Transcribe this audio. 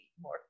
more